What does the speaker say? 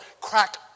crack